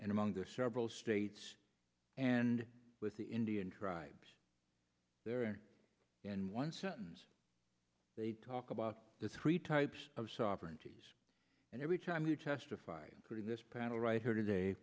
and among the several states and with the indian tribes there and in one sentence they talk about the three types of sovereignty and every time you testified in this panel right here today